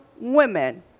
women